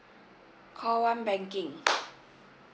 call one banking